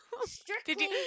Strictly